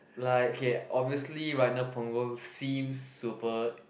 like okay obviously right now Punggol seems super